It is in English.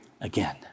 again